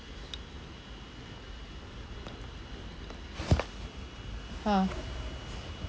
ah